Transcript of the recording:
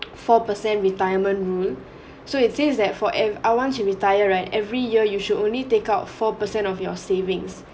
four per cent retirement rule so it seems that for ev~ I want to retire right every year you should only take out four per cent of your savings